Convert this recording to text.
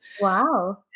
Wow